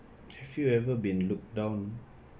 have you ever been looked down